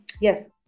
yes